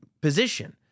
position